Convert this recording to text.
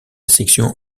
section